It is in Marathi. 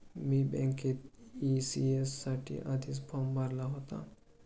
मी बँकेत ई.सी.एस साठी आधीच फॉर्म भरला होता